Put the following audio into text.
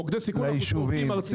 מוקדי סיכון מתוקצבים ארצית,